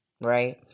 right